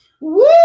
Woo